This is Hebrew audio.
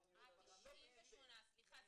סליחה,